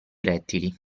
rettili